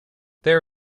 there